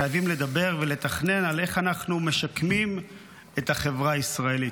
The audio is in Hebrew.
חייבים לדבר ולתכנן איך אנחנו משקמים את החברה הישראלית.